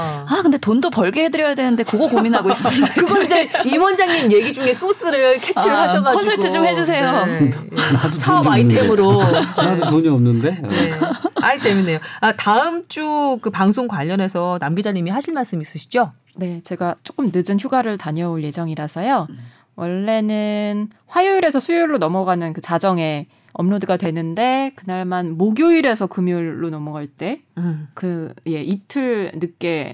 아, 근데 돈도 벌게 해드려야 되는데 그거 고민하고 있습니다. 그건 이제 임 원장님 얘기 중에 소스를 캐치를 아, 하셔가지고. 컨설팅 좀 해주세요. 네. 예. 나도 돈이 사업 없는데. 아이템으로. 나도 돈이 없는데. 어. 네. 아이, 재밌네요. 아, 다음 주 그 방송 관련해서 남 기자님이 하실 말씀 있으시죠? 네, 제가 조금 늦은 휴가를 다녀올 예정이라서요. 음. 원래는 화요일에서 수요일로 넘어가는 그 자정에 업로드가 되는데 그날만 목요일에서 금요일로 넘어갈 때 음. 그, 예, 이틀 늦게